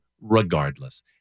regardless